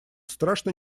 страшно